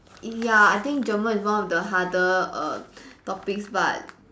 ya I think German is one of the harder err topics but